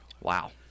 Wow